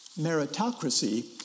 Meritocracy